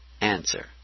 answer